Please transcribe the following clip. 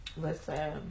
listen